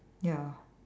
ya